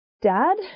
Dad